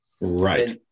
right